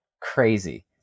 Crazy